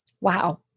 Wow